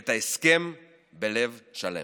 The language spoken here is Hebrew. ואת ההסכם בלב שלם.